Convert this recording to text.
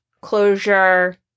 closure